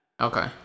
Okay